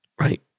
right